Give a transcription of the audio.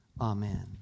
Amen